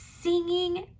singing